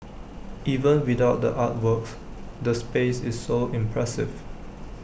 even without the artworks the space is so impressive